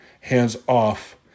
hands-off